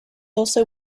also